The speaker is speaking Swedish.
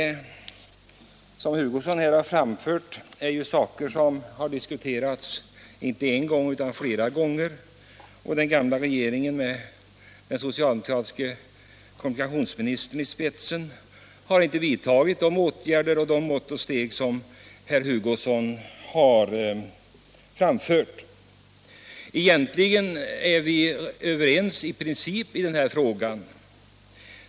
Som herr Hugosson här har framhållit är detta saker som har diskuterats inte en gång utan flera gånger, och den gamla regeringen med den socialdemokratiske kommunikationsministern i spetsen har inte vidtagit de åtgärder som herr Hugosson förordat. Egentligen är vi överens i princip i den här frågan.